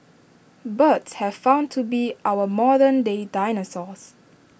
birds have found to be our modern day dinosaurs